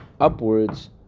upwards